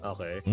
Okay